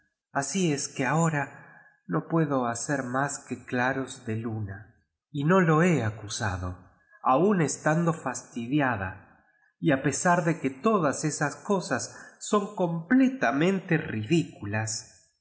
así es que abora no puedo liarer más que daros de luisa y no lo lie acusado aun estando cus lidia da y u pesar de que todas esa cosas son rompió tanmitc ridiculas